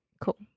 Cool